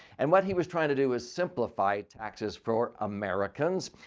and what he was trying to do is simplify taxes for americans.